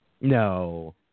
No